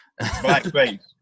Blackface